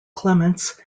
clements